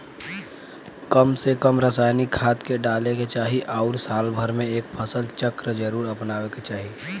कम से कम रासायनिक खाद के डाले के चाही आउर साल भर में एक फसल चक्र जरुर अपनावे के चाही